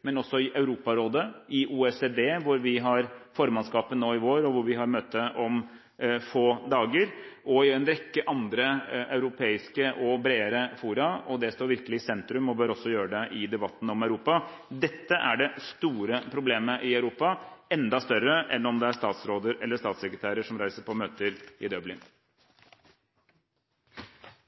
men også i Europarådet, i OECD, hvor vi har formannskapet nå i vår, og hvor vi har møte om få dager, og i en rekke andre europeiske og bredere fora. Det står virkelig i sentrum og bør også gjøre det i debatten om Europa. Dette er det store problemet i Europa, enda større enn om det er statsråder eller statssekretærer som reiser på møter i Dublin.